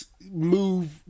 move